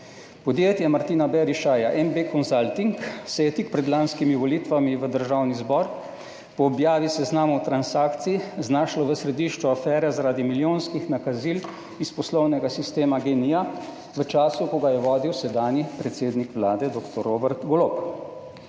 Podjetje Martina Berišaja / nerazumljivo/ se je tik pred lanskimi volitvami v državni zbor po objavi seznamov transakcij znašlo v središču afere zaradi milijonskih nakazil iz poslovnega sistema Gen-i v času, ko ga je vodil sedanji predsednik vlade dr. Robert Golob